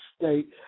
state